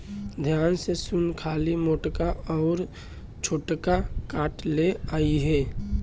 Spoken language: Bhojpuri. ध्यान से सुन खाली मोटका अउर चौड़का काठ ले अइहे